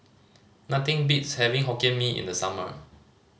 nothing beats having Hokkien Mee in the summer